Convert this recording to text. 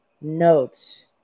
notes